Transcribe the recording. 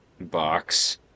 box